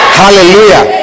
hallelujah